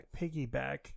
Piggyback